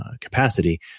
capacity